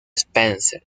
spencer